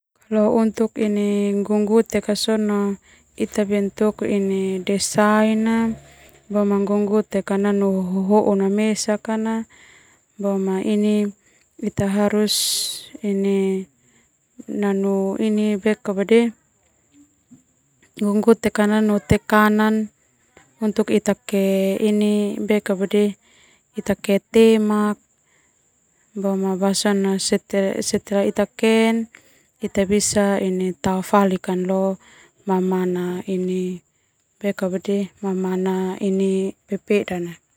Bentuk desain nanu hohoun na mesak nanu tekanan ita te temak ita bisa tao falik leo mamana pepeda.